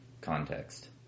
context